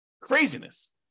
Craziness